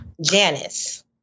Janice